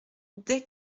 dès